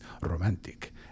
romantic